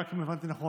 אם הבנתי נכון,